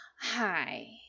Hi